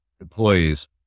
employees